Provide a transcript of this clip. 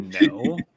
no